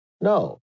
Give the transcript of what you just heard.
No